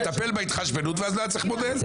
לטפל בהתחשבנות ואז לא היה צריך מודל.